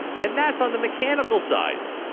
and that's on the mechanical side.